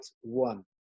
one